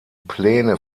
pläne